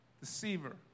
deceiver